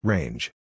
Range